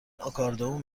آکاردئون